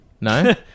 No